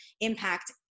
impact